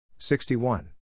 61